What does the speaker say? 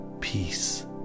peace